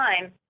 time